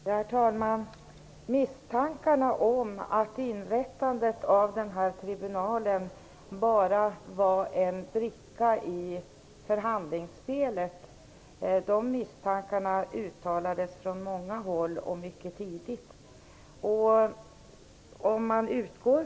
Herr talman! Misstankarna om att inrättandet av den här tribunalen bara var en bricka i förhandlingsspelet uttalades mycket tidigt från många håll.